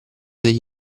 degli